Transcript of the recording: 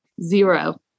Zero